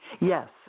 yes